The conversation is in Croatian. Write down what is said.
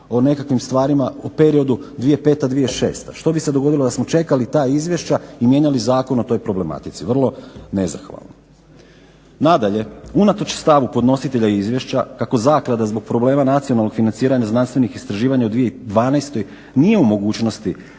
o nekakvim stvarima u periodu 2005., 2006. Što bi se dogodilo da smo čekali ta izvješća i mijenjali zakon o toj problematici. Vrlo nezahvalno. Nadalje, unatoč stavu podnositelja izvješća kako Zaklada zbog problema nacionalnog financiranja znanstvenih istraživanja u 2012. nije u mogućnosti